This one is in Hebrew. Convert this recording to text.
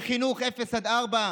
בחינוך מגיל אפס עד ארבע.